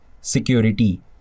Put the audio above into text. security